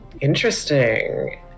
Interesting